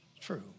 true